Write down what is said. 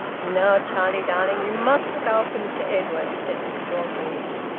now, charlie darling, you must look after mr edwin, said mrs orgreave.